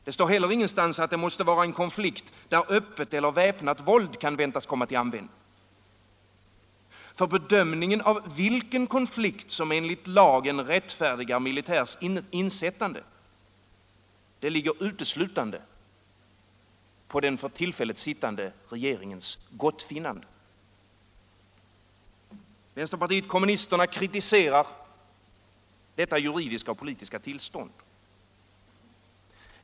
Det står heller ingenstans att det måste vara en konflikt där öppet eller väpnat våld kan väntas komma till användning. Bedömningen av vilken konflikt som enligt lagen rättfärdigar militärs insättande ligger uteslutande på den för tillfället sittande regeringens gottfinnande. Vänsterpartiet kommunisterna kritiserar detta juridiska och politiska tillstånd.